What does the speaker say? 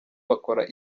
bakora